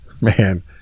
Man